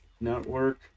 network